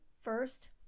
First